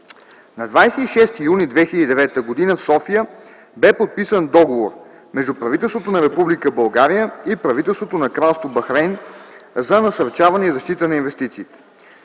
На 26 юни 2009 г. в София бе подписан Договор между правителството на Република България и правителството на Кралство Бахрейн за насърчаване и защита на инвестициите.